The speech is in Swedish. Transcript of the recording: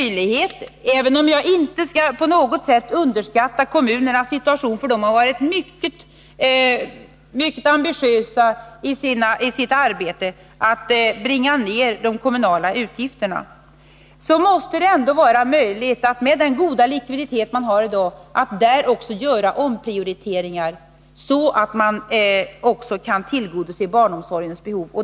Jag vill inte på något sätt underskatta kommunernas situation — de har varit mycket ambitiösa i sitt arbete att bringa ned de kommunala utgifterna. Men det måste ändå vara möjligt att med den goda likviditet man har i dag göra omprioriteringar, så att man också kan tillgodose barnomsorgens behov.